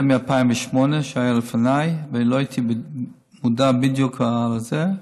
זה מ-2008, לפניי, ולא הייתי מודע בדיוק לנושא.